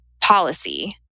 policy